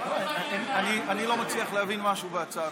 אני לא מצליח להבין משהו בהצעה.